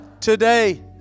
today